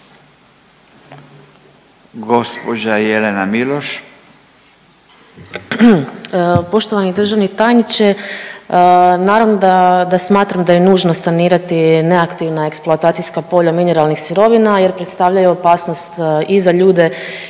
**Miloš, Jelena (Možemo!)** Poštovani državni tajniče. Naravno da smamtram da je nužno sanirati neaktivna eksploatacijska polja mineralnih sirovina jer predstavljaju opasnost i za ljude i za